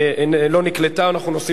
זה לא נקלט לי, אני אודיע.